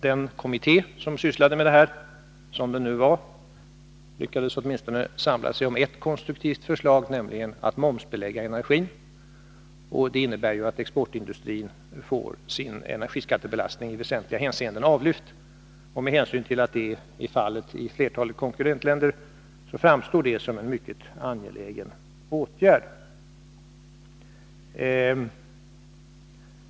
Den kommitté som tidigare sysslade med detta lyckades åtminstone samla sig kring ett konstruktivt förslag, nämligen att momsbe lägga energin, och det innebär att exportindustrin får sin energiskattebelastning i väsentliga hänseenden avlyft. Med hänsyn till att så är fallet också i flertalet konkurrentländer framstår detta som en mycket angelägen åtgärd.